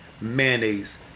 mayonnaise